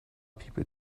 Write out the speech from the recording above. people